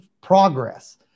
progress